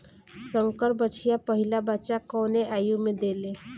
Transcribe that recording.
संकर बछिया पहिला बच्चा कवने आयु में देले?